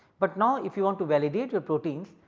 but now if you want to validate your proteins,